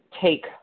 take